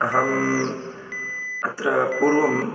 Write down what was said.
अहम् अत्र पूर्वम्